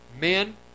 men